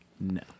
No